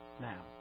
now